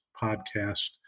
podcast